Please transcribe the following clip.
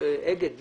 אגד ודן,